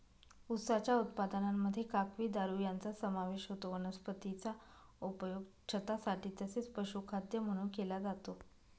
उसाच्या उत्पादनामध्ये काकवी, दारू यांचा समावेश होतो वनस्पतीचा उपयोग छतासाठी तसेच पशुखाद्य म्हणून केला जातो